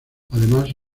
además